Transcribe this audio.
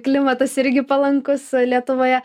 klimatas irgi palankus lietuvoje